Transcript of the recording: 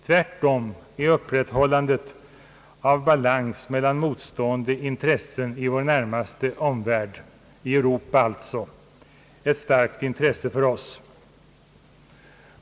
Tvärtom är upprätthållandet av balans mellan motstående intressen i vår närmaste omvärld — i Europa alltså — ett starkt intresse för oss.